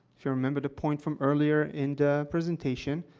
if you remember the point from earlier in the presentation,